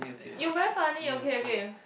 you very funny okay okay